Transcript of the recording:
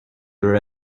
their